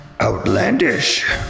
outlandish